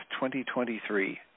2023